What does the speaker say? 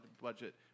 budget